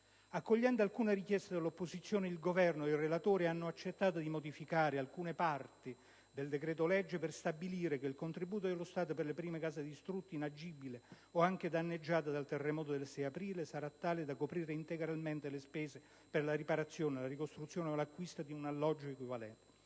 Accogliendo alcune richieste delle opposizioni, il Governo e il relatore hanno accettato di modificare alcuni parti del decreto-legge per stabilire che il contributo dello Stato per le prime case distrutte, inagibili o anche danneggiate dal terremoto del 6 aprile sarà tale da coprire integralmente le spese per la riparazione, la ricostruzione o l'acquisto di un alloggio equivalente.